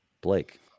Blake